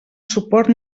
suport